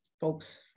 folks